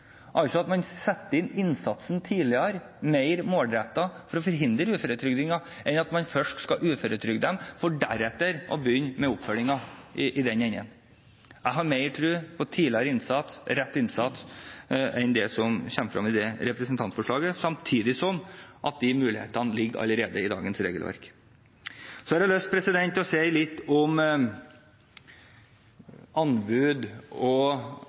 altså at man setter inn tidligere og mer målrettet innsats for å forhindre uføretrygding, i stedet for at man først blir uføretrygdet og deretter skal begynne med oppfølgingen. Jeg har mer tro på tidligere og rett innsats enn det som kommer frem i representantforslaget. Samtidig ligger allerede de mulighetene i dagens regelverk. Jeg har lyst til å si litt om anbud og